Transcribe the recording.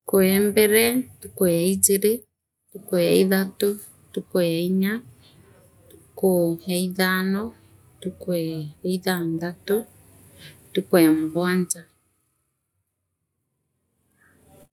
Ntuku eombere ntuku yaijiri ntuku ya ithatu ntuku yaainya ntukuu ya ithano ntuku eeithanthatu ntuku ee mugwanja.